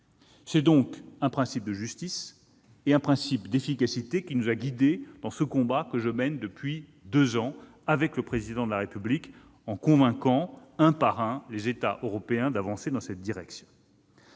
C'est donc un principe de justice et d'efficacité qui nous a guidés dans le combat que je mène depuis deux ans avec le Président de la République pour convaincre les États européens, un par un, d'avancer dans cette direction.